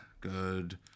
good